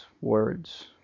words